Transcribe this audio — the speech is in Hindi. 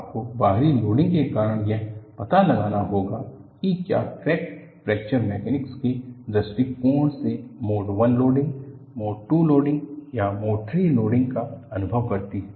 आपको बाहरी लोडिंग के कारण यह पता लगाना होगा कि क्या क्रैक फ्रैक्चर मैकेनिक्स के दृष्टिकोण से mode I loading mode II loading या मोड III लोडिंग का अनुभव करती है